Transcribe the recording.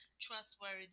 trustworthy